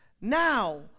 now